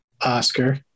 Oscar